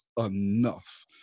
enough